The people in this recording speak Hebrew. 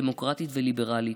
דמוקרטית וליברלית.